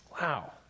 Wow